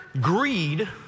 greed